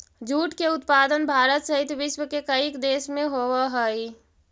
jute के उत्पादन भारत सहित विश्व के कईक देश में होवऽ हइ